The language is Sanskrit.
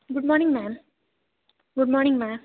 good morning ma'am good morning म्या